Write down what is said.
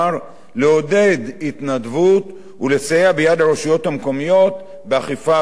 לעודד התנדבות ולסייע ביד הרשויות המקומיות באכיפה השוטפת.